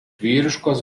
vyriškos